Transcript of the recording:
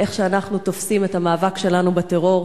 של איך שאנחנו תופסים את המאבק שלנו בטרור.